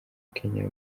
kenya